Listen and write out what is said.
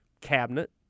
cabinet